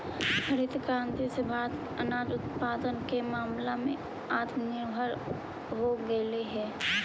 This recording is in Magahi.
हरित क्रांति से भारत अनाज उत्पादन के मामला में आत्मनिर्भर हो गेलइ हे